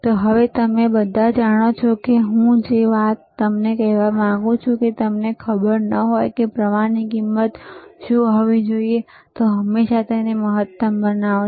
તો હવે તમે બધા જાણો છો એક વાત જે હું તમને કહેવા માંગુ છું જો તમને ખબર ન હોય કે પ્રવાહની કિંમત શું હોવી જોઈએ તો હંમેશા તેને મહત્તમ બનાવો